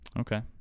okay